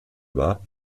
war